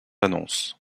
annonce